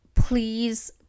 please